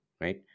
right